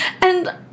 and-